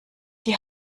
die